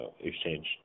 exchange